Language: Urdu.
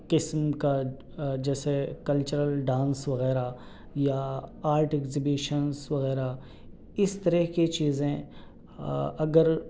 قسم کا جیسے کلچرل ڈانس وغیرہ یا آرٹ ایگزیبیشنس وغیرہ اس طرح کی چیزیں اگر